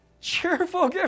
cheerful